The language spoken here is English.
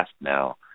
now